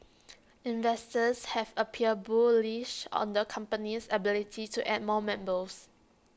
investors have appeared bullish on the company's ability to add more members